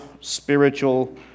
spiritual